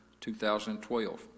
2012